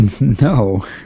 No